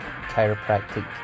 chiropractic